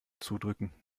zudrücken